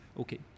okay